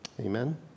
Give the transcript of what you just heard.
Amen